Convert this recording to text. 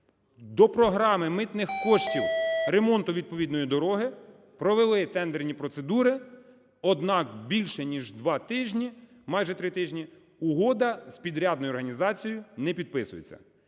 до програми митних коштів ремонту відповідної дороги, провели тендерні процедури, однак більше ніж два тижні, майже три тижні, угода з підрядною організацією не підписується.